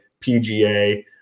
PGA